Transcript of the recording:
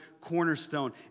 cornerstone